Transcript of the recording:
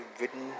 written